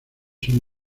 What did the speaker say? son